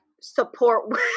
support